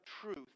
truth